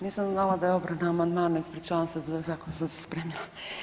Nisam znala da je obrana amandmana, ispričavam se, za zakon sam se spremila.